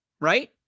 right